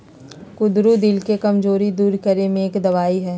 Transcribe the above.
कुंदरू दिल के कमजोरी दूर करे में एक दवाई हई